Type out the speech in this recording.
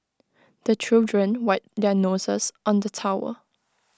the children wipe their noses on the towel